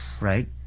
right